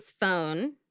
phone